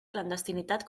clandestinitat